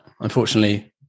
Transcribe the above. unfortunately